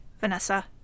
Vanessa